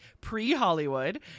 pre-Hollywood